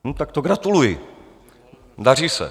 No, tak to gratuluji, daří se.